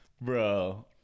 bro